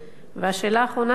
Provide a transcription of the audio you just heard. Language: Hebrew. השאלה האחרונה שלי,